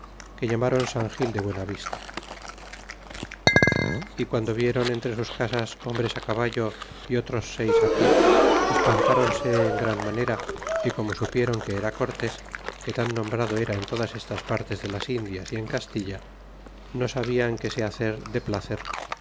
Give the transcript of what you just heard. que damron san gil de buenavista y guando viéron entre sus casas hombres á caballo y otros seis á pie espantronse en gran manera y como supieron que era cortes que tan nombrado era en todas estas partes de las indias y en castilla no sabian que se hacer de placer